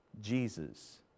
Jesus